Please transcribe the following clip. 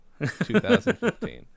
2015